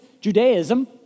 Judaism